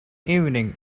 evening